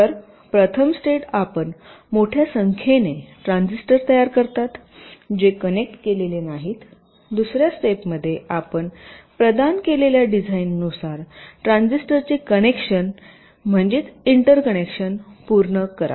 तर प्रथम स्टेप आपण मोठ्या संख्येने ट्रान्झिस्टर तयार करता जे कनेक्ट केलेले नाहीत दुसर्या स्टेपमध्ये आपण प्रदान केलेल्या डिझाइननुसार ट्रान्झिस्टर चे कनेक्शन इंटरकनेक्शन पूर्ण करा